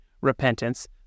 repentance